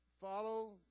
follow